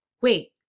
wait